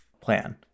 plan